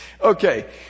Okay